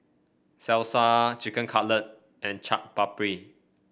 Salsa Chicken Cutlet and Chaat Papri